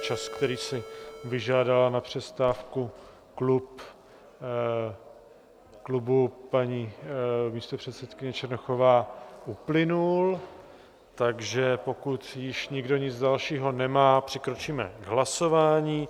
Čas, který si vyžádala na přestávku klubu paní místopředsedkyně Černochová, uplynul, takže pokud již nikdo nic dalšího nemá, přikročíme k hlasování.